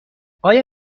آیا